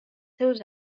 seus